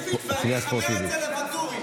צלילה ספורטיבית ולחבר את זה לוואטורי.